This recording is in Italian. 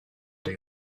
dei